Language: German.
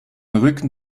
rücken